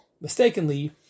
mistakenly